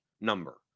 number